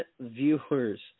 viewers